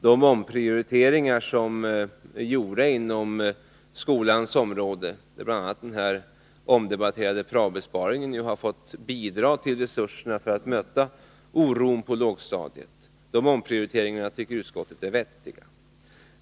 De omprioriteringar som är gjorda inom skolans område, där bl.a. denna omdebatterade praobesparing har fått bidra till resurserna för att möta oron på lågstadiet, tycker utskottet är vettiga.